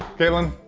katelyn!